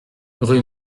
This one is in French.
rue